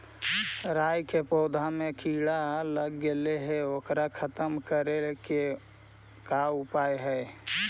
राई के पौधा में किड़ा लग गेले हे ओकर खत्म करे के का उपाय है?